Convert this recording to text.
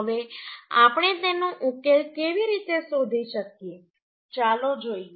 હવે આપણે તેનો ઉકેલ કેવી રીતે શોધી શકીએ ચાલો જોઈએ